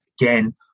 Again